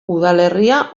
udalerria